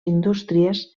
indústries